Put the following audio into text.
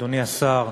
אדוני השר,